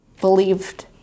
believed